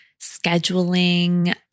scheduling